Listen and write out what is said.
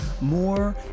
more